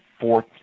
fourth